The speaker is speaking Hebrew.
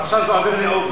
ועכשיו זה עובר לאוגוסט.